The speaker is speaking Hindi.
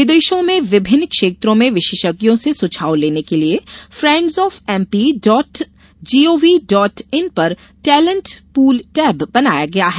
विदेशों में विभिन्न क्षेत्रों में विशेषज्ञों से सुझाव लेने के लिये friends of MP dot gov dot in पर टेलेंट पूल टैब बनाया गया है